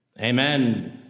Amen